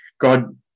God